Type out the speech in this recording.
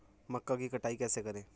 मक्का की कटाई कैसे करें?